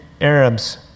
Arabs